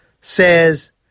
says